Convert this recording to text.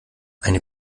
eine